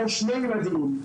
או שני ילדים,